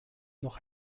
noch